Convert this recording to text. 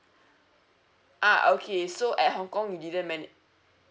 ah okay so at hong kong you didn't man~